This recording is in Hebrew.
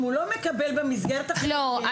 אם הוא לא מקבל במסגרת החינוכית --- לא,